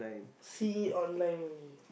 see online only